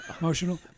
emotional